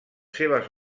seves